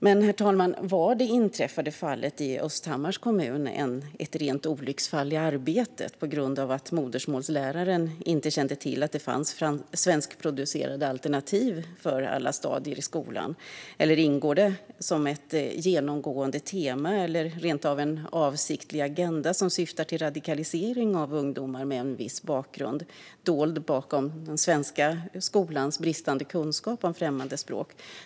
Men, herr talman, var det inträffade fallet i Östhammars kommun ett rent olycksfall i arbetet på grund av att modersmålsläraren inte kände till att det finns svenskproducerade alternativ för alla stadier i skolan? Eller ingår detta som ett genomgående tema eller rent av en avsiktlig agenda som syftar till radikalisering av ungdomar med en viss bakgrund, dold bakom den svenska skolans bristande kunskaper i främmande språk?